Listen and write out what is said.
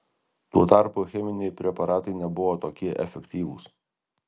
tuo tarpu cheminiai preparatai nebuvo tokie efektyvūs